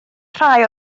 rhai